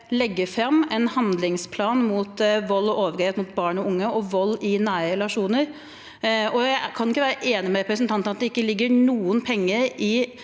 legger fram en handlingsplan mot vold og overgrep mot barn og unge og vold i nære relasjoner. Jeg kan ikke være enig med representanten i at det ikke ligger noen penger i